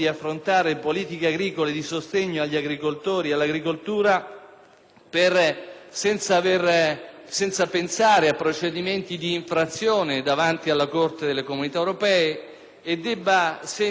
senza pensare a procedimenti di infrazione di fronte alla Corte di giustizia europea e debba anzi, senza infingimenti, con la massima determinazione, avviare